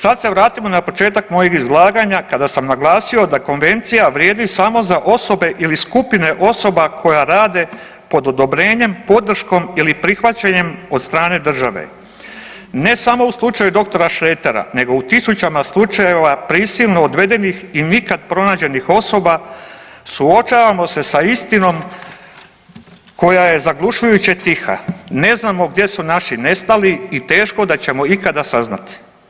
Sada se vratimo na početak mojeg izlaganja kada sam naglasio da Konvencija vrijedi samo za osobe ili skupine osoba koje rade pod odobrenjem, podrškom ili prihvaćanjem od strane države ne samo u slučaju doktora Šretera, nego u tisućama slučajeva prisilno odvedenih i nikada pronađenih osoba suočavamo se sa istinom koja je zaglušujuće tiha ne znamo gdje su naši nestali i teško da ćemo ikada saznati.